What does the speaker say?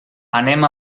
anem